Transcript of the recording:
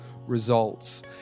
results